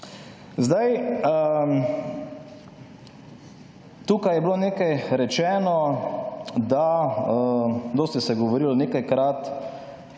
Zdaj, tukaj je bilo nekaj rečeno, dosti se je govorilo nekajkrat,